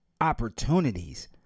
opportunities